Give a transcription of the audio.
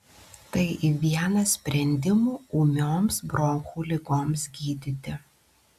tai vienas sprendimų ūmioms bronchų ligoms gydyti